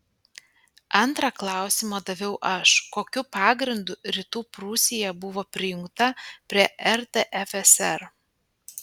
antrą klausimą daviau aš kokiu pagrindu rytų prūsija buvo prijungta prie rtfsr